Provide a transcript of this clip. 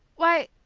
why,